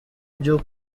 byo